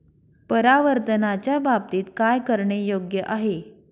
परावर्तनाच्या बाबतीत काय करणे योग्य आहे